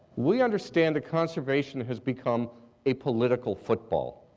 we understand that conservation has become a political football.